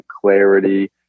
clarity